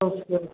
okay